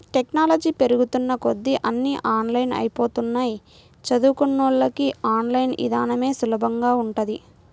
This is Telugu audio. టెక్నాలజీ పెరుగుతున్న కొద్దీ అన్నీ ఆన్లైన్ అయ్యిపోతన్నయ్, చదువుకున్నోళ్ళకి ఆన్ లైన్ ఇదానమే సులభంగా ఉంటది